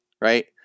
right